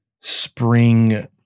spring